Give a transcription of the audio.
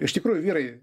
iš tikrųjų vyrai